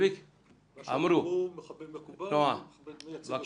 נועה, בבקשה.